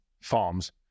farms